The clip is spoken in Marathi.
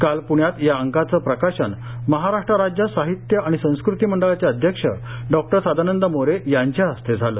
काल पृण्यात या अंकाचं प्रकाशन महाराष्ट्र राज्य साहित्य आणि संस्कृती मंडळाचे अध्यक्ष डॉक्टर सदानंद मोरे यांच्या हस्ते झालं